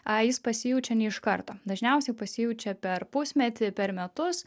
a jis pasijaučia ne iš karto dažniausia jau pasijaučia per pusmetį per metus